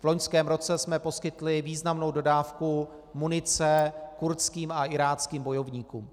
V loňském roce jsme poskytli významnou dodávku munice kurdským a iráckým bojovníkům.